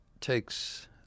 takes